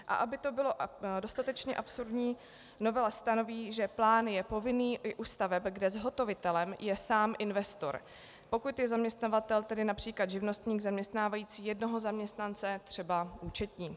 A aby to bylo dostatečně absurdní, novela stanoví, že plán je povinný i u staveb, kde zhotovitelem je sám investor, pokud je zaměstnavatel, tedy například živnostník zaměstnávající jednoho zaměstnance, třeba účetní.